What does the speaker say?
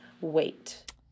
wait